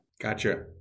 Gotcha